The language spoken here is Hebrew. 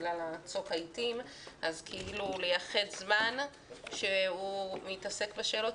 בגלל צוק העיתים אז כאילו לייחד זמן שהוא מתעסק בשאלות